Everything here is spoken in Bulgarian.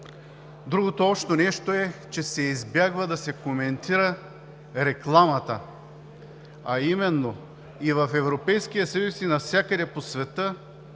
Другото общо нещо е, че се избягва да се коментира рекламата, а именно – и в Европейския съюз, и навсякъде по света